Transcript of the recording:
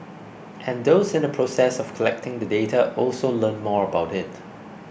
and those in the process of collecting the data also learn more about it